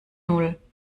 null